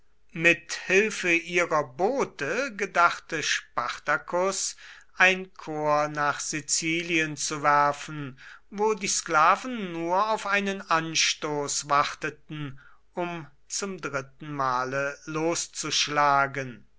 mit hilfe ihrer boote gedachte spartacus ein korps nach sizilien zu werfen wo die sklaven nur auf einen anstoß warteten um zum dritten male loszuschlagen